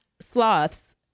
sloths